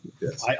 yes